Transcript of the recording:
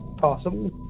possible